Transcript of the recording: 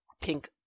pink